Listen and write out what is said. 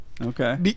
Okay